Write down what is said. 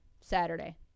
Saturday